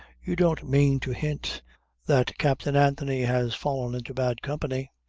you don't mean to hint that captain anthony has fallen into bad company.